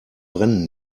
brennen